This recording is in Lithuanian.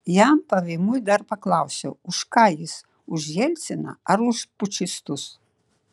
jam pavymui dar paklausiau už ką jis už jelciną ar už pučistus